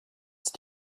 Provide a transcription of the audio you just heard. ist